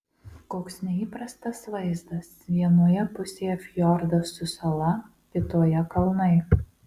koks neįprastas vaizdas vienoje pusėje fjordas su sala kitoje kalnai